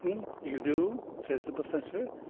you do? says the perfessor.